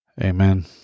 Amen